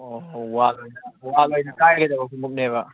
ꯑꯣꯍꯣ ꯋꯥꯜ ꯑꯣꯏꯅ ꯋꯥꯜ ꯑꯣꯏꯅ ꯀꯥꯏꯒꯗꯕ ꯈꯣꯡꯎꯞꯅꯦꯕ